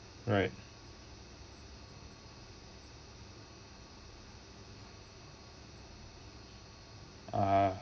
right uh